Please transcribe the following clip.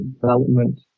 development